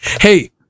hey